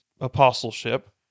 apostleship